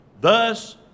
thus